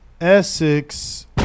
essex